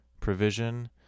provision